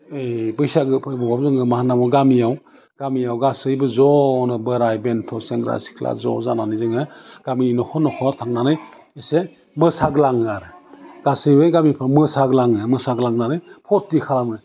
ओइ बैसागो फोरबोआव जोङो मा होन्ना बुङो गामियाव गामियाव गासैबो ज'नो बोराय बेन्थ' सेंग्रा सिख्ला ज' जानानै जोङो गामिनि नख'र नख'र थांनानै एसे मोसाग्लाङो आरो गासैबो गामिफ्राव मोसाग्लाङो मोसाग्लांनानै फुरथि खालामो